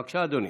בבקשה, אדוני.